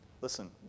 listen